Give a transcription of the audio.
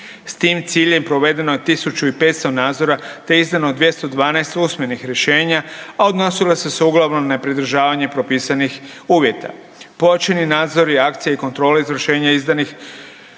S tim ciljem provedeno je 1500 nadzora te izdano 212 usmenih rješenja, a odnosila su se uglavnom na nepridržavanje propisanih uvjeta. Pojačani nadzori, akcija i kontrole izvršenja izdanih